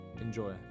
Enjoy